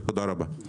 תודה רבה.